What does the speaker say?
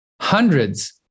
hundreds